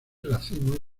racimos